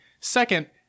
Second